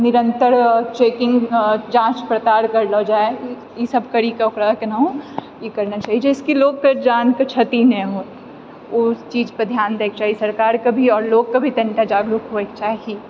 निरन्तर चेकिंग जाँच पड़ताल करलो जाइ ई सब करिकऽ ओकरा केनाहो ई करना छै जाहिसँ कि लोककेँ कामके क्षति नहि होइ उ चीजपर ध्यान दैके चाही सरकारके भी आओर लोककेँ भी तनिका जागरूक होइके चाही